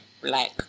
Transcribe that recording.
black